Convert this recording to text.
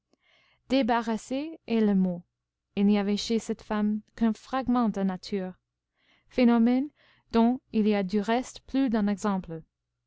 débarrassée est le mot il n'y avait chez cette femme qu'un fragment de nature phénomène dont il y a du reste plus d'un exemple